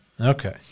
Okay